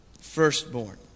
firstborn